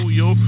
yo